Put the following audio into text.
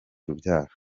urubyaro